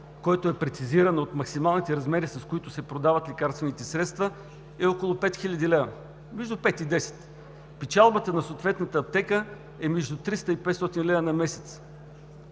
който е прецизиран от максималните размери, с които се продават лекарствените средства, е около 5000 лв., между 5 и 10 хил. лв. Печалбата на съответната аптека е между 300 и 500 лв. на месец.